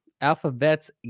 Alphabet's